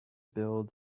build